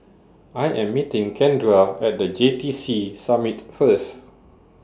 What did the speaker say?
I Am meeting Kendra At The J T C Summit First